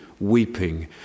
weeping